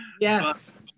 Yes